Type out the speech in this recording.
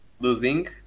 losing